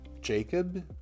Jacob